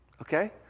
Okay